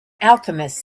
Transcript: alchemist